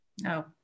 no